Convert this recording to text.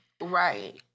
Right